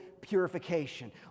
purification